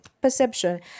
perception